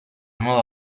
nuova